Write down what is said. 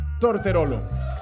Torterolo